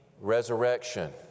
resurrection